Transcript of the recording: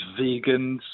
vegans